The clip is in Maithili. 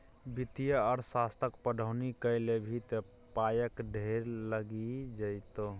वित्तीय अर्थशास्त्रक पढ़ौनी कए लेभी त पायक ढेर लागि जेतौ